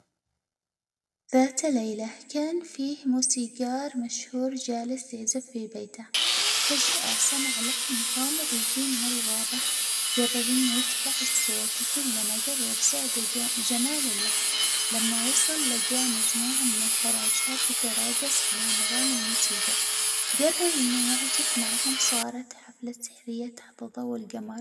ذات ليلة كان فيه موسيجار مشهور جالس يزف في بيته، فجأة سمع لحن غامض يجيه من الغابة، جرر إنه يتبع الصوت، وكل ما يجرب زاد جمال اللحن، لما وصل لجاه مجموعة من الفراشات تتراجص علي نظام الموسيجى، جرر إنه يعزف معهم، صارت حفلة سحرية تحت ضوء الجمر.